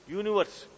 universe